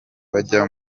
bajya